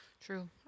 True